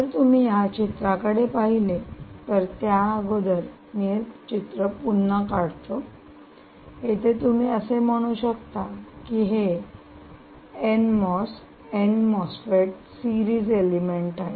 जर तुम्ही या चित्राकडे पहिले तर त्या अगोदर मी हे चित्र पुन्हा काढतो इथे तुम्ही असे म्हणू शकता की हे N MOS N MOSFET series element आहे